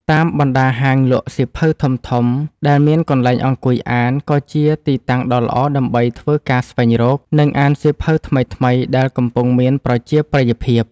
តាមបណ្ដាហាងលក់សៀវភៅធំៗដែលមានកន្លែងអង្គុយអាន ក៏ជាទីតាំងដ៏ល្អដើម្បីធ្វើការស្វែងរក និងអានសៀវភៅថ្មីៗដែលកំពុងមានប្រជាប្រិយភាព។